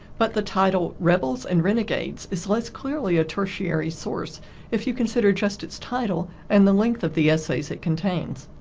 but the title, rebels and renegades, is less clearly a tertiary source if you consider just its title and the length of the essays it contains.